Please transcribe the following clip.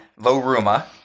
Loruma